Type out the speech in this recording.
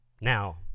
Now